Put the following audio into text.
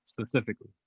specifically